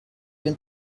den